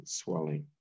swelling